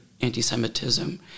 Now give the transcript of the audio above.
antisemitism